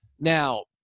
Now